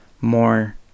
more